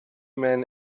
men